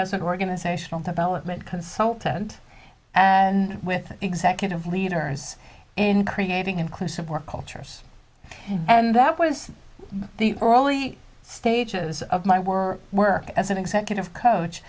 as an organizational development consultant and with executive leaders in creating inclusive work cultures and that was the early stages of my wir work as an executive coach